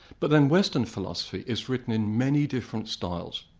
but then western philosophy is written in many different styles.